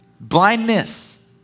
Blindness